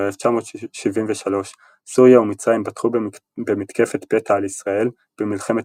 1973 סוריה ומצרים פתחו במתקפת פתע על ישראל במלחמת